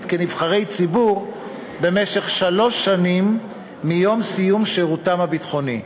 כנבחרי ציבור במשך שלוש שנים מיום סיום שירותם הביטחוני.